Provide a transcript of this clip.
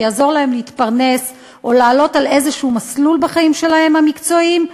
שיעזור להם להתפרנס או לעלות על איזשהו מסלול בחיים המקצועיים שלהם,